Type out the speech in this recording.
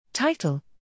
Title